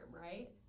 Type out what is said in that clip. right